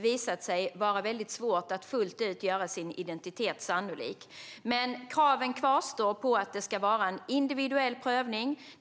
visat sig vara svårt att fullt ut göra sin identitet sannolik vid asylprövningen. Kraven på att det ska vara en individuell prövning kvarstår dock.